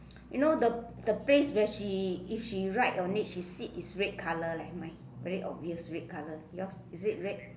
you know the the place where she if she ride on it she sit is red color leh mine very obvious red color yours is it red